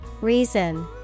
Reason